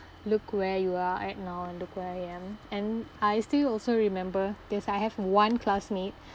look where you are at now and where I am and I still also remember because I have one classmate